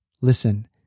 listen